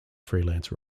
freelance